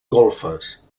golfes